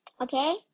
Okay